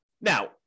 Now